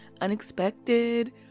unexpected